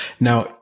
Now